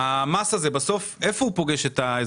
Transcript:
איפה בסוף המס הזה פוגש את האזרח?